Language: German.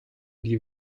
die